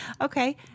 Okay